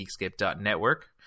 Geekscape.network